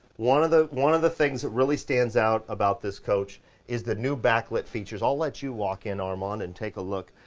one of the, one of the things that really stands out about this coach is the new backlit features. i'll let you walk in, armand, and take a look.